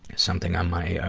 something on my, ah,